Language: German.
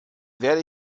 werde